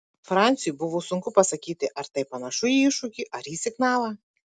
franciui buvo sunku pasakyti ar tai panašu į iššūkį ar į signalą